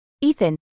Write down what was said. Ethan